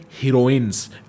heroines